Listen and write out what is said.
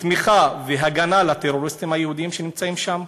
תמיכה והגנה לטרוריסטים היהודים שנמצאים שם?